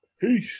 peace